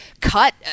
cut